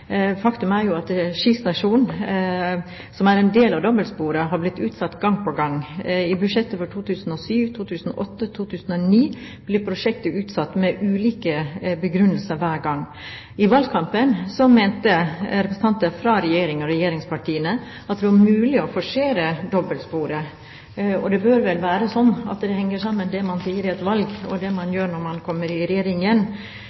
Faktum er at Ski stasjon, som er en del av dobbeltsporet, har blitt utsatt gang på gang. I budsjettet for 2007, 2008 og 2009 ble prosjektet utsatt med ulike begrunnelser hver gang. I valgkampen mente representanter fra Regjeringen og regjeringspartiene at det var mulig å forsere dobbeltsporet. Det bør vel være sånn at det man sier i et valg, og det man